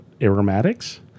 aromatics